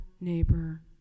neighbor